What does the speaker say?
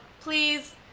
Please